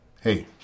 Hey